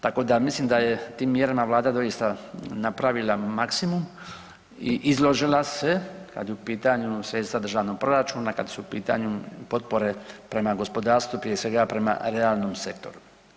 Tako da mislim da je tim mjerama Vlada doista napravila maksimum i izložila se kad je u pitanju sredstva državnog proračuna, kad su u pitanju potpore prema gospodarstvu, prije svega prema realnom sektoru.